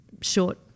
short